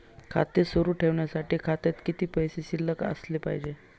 खाते सुरु ठेवण्यासाठी खात्यात किती पैसे शिल्लक असले पाहिजे?